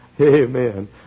Amen